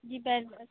ਜੀ